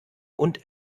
und